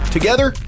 Together